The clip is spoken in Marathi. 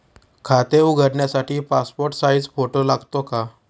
खाते उघडण्यासाठी पासपोर्ट साइज फोटो लागतो का?